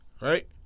right